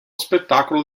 spettacolo